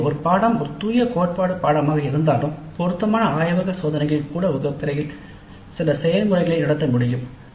எனவே ஒரு பாடநெறி ஒரு தூய கோட்பாடு பாடநெறியாக இருந்தாலும் பொருத்தமான ஆய்வக சோதனைகள் கூட வகுப்பறையில் சில செய்முறைகளை நடத்த முடியும்